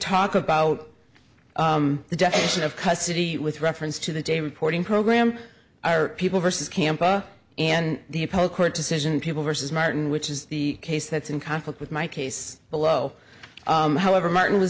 talk about the definition of custody with reference to the day reporting program are people versus campa and the pole court decision people versus martin which is the case that's in conflict with my case below however martin was